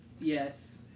Yes